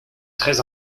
très